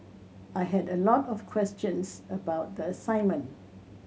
I had a lot of questions about the assignment